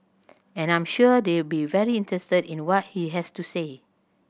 and I'm sure they'll be very interested in what he has to say